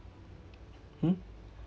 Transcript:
hmm